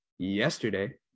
yesterday